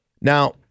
Now